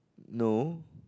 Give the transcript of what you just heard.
no